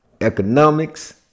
economics